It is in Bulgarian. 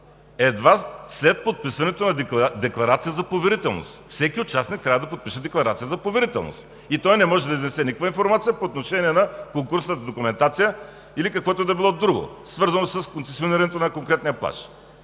едва след подписването на декларация за поверителност. Всеки участник трябва да подпише декларация за поверителност. Той не може да изнесе никаква информация по отношение на конкурсната документация или каквото ѝ да било друго, свързано с концесионирането на конкретния плаж,